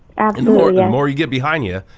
and and the more the more you get behind you,